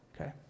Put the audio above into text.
Okay